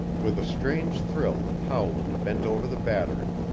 with a strange thrill howland bent over the battery,